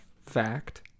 fact